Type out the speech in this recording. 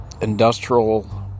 industrial